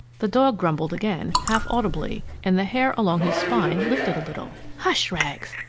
the dog grumbled again, half audibly, and the hair along his spine lifted a little. hush, rags!